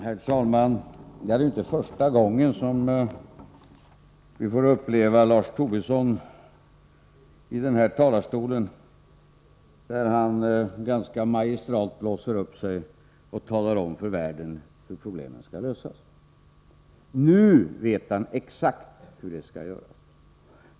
Herr talman! Det är inte första gången som vi får uppleva Lars Tobisson i den här talarstolen ganska magistralt blåsa upp sig och tala om för världen hur problemen skall lösas. Nu vet han exakt hur det skall göras.